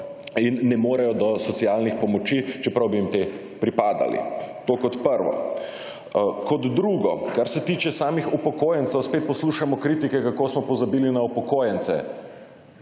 in ne morejo do socialnih pomoči čeprav bi jim te pripadali. To kot prvo. Kot drugo, kar se tiče samih upokojencev spet poslušamo kritike kako smo pozabili na upokojence.